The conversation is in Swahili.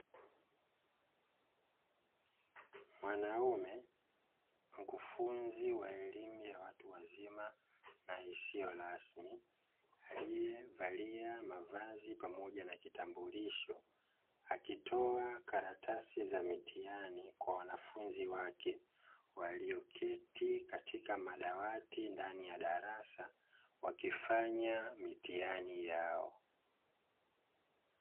Mwanamume mkufunzi wa elimu ya watu wazima na isiyo rasmi aliyevalia mavazi pamoja na kitambulisho akitoa karatasi za mitihani kwa wanafunzi wake walioketi katika madawati ndani ya darasa wakifanya mitihani yao.